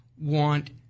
want